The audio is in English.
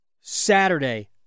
Saturday